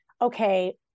okay